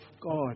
God